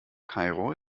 kairo